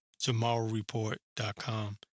tomorrowreport.com